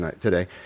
today